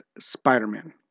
Spider-Man